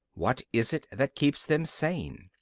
what is it that keeps them sane?